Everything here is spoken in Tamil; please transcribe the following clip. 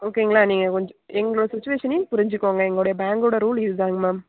ஓகேங்களா நீங்கள் கொஞ்ச் எங்களோட சுச்சுவேஷனையும் புரிஞ்சிக்கோங்க எங்களுடைய பேங்க்கோட ரூல் இதுதாங்க மேம்